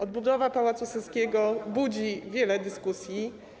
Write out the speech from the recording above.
Odbudowa Pałacu Saskiego budzi wiele dyskusji.